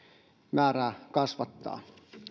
määrää kasvattaa